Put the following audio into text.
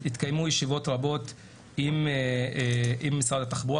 התקיימו ישיבות רבות עם משרד התחבורה